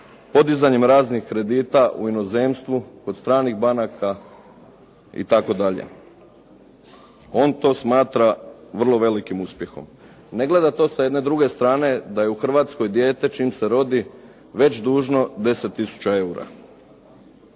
podizanjem raznih kredita u inozemstvu kod stranih banaka itd. On to smatram vrlo velikim uspjehom. Ne gleda to sa jedne druge strane, da je u Hrvatskoj dijete, čim se rodi, već dužno 10 tisuća eura.